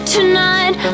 Tonight